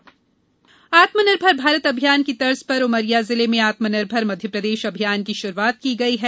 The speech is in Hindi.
आत्मनिर्भर भारत आत्मनिर्भर भारत अभियान की तर्ज पर उमरिया जिले में आत्मनिर्भर मध्यप्रदेश अभियान की शुरुआत की गई है